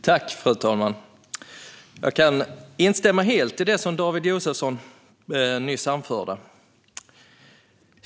Fru talman! Jag kan instämma helt i det som David Josefsson nyss anförde.